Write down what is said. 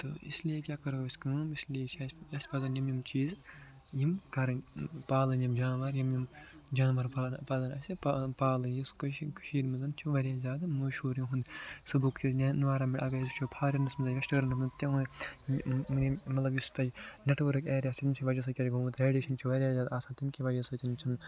تہٕ اس لیے کیٛاہ کَرَو أسۍ کٲم اس لیے چھِ اَسہِ پَزَن یِم یِم چیٖز یِم کَرٕنۍ پالٕنۍ یِم جاناوَار یِم جاناوَار پَزَن پَزَن اَسہِ پالٕنۍ یُس کٔش کٔشیٖرِ منٛز چھِ واریاہ زیادٕ مہشوٗر یِہُنٛد اَگر أسۍ وُچھٕو فاریٚنَس منٛز یا ویٚسٹٲرٕنَس منٛز تِمہٕ مطلب یُس تَتہِ نٮ۪ٹوٕرٕک اٮ۪رِیا چھِ یِمہِ کہ وجہ سۭتۍ کیٛاہ چھِ گومُت ریڈیشَن چھِ واریاہ زیادٕ آسان تٔمۍ کہ وجہ سۭتۍ چھِنہٕ